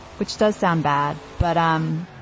which does sound bad, but. um